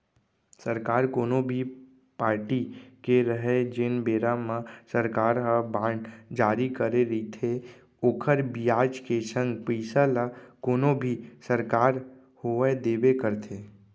सरकार कोनो भी पारटी के रहय जेन बेरा म सरकार ह बांड जारी करे रइथे ओखर बियाज के संग पइसा ल कोनो भी सरकार होवय देबे करथे